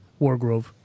Wargrove